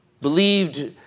believed